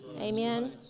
Amen